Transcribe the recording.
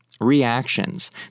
Reactions